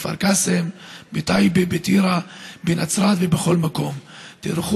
ככל שמבצעי איסוף וולונטריים לא יעלו